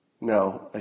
No